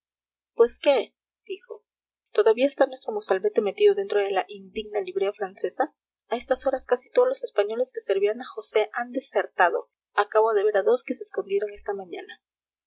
pues qué dijo todavía está nuestro mozalbete metido dentro de la indigna librea francesa a estas horas casi todos los españoles que servían a josé han desertado acabo de ver a dos que se escondieron esta mañana